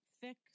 thick